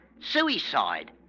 Suicide